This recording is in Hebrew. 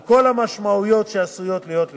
על כל המשמעויות שעשויות להיות לכך.